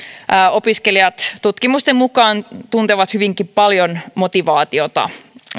opiskelijat tutkimusten mukaan tuntevat hyvinkin paljon motivaatiota